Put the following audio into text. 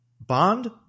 Bond